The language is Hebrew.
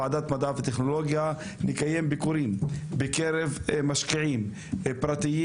ועדת מדע וטכנולוגיה נקיים ביקורים בקרב משקיעים פרטיים